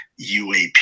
UAP